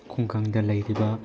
ꯈꯨꯡꯒꯪꯗ ꯂꯩꯔꯤꯕ